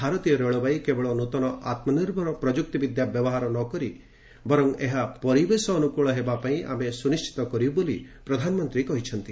ଭାରତୀୟ ରେଳବାଇ କେବଳ ନୂତନ ଆତ୍ମନିର୍ଭର ପ୍ରଯୁକ୍ତି ବିଦ୍ୟା ବ୍ୟବହାର ନ କରି ବର୍ଚ ଏହା ପରିବେଶ ଅନୁକୂଳ ହେବା ପାଇଁ ଆମେ ସୁନିଶ୍ଚିତ କରିବୁ ବୋଲି ପ୍ରଧାନମନ୍ତ୍ରୀ କହିଛନ୍ତି